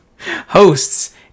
hosts